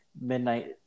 midnight